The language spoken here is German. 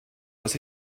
aus